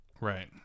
right